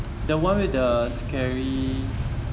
the one with the scary